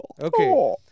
Okay